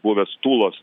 buvęs tulos